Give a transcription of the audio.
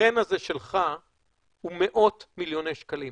הייתכן הזה שלך הוא מאות מיליוני שקלים.